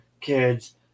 kids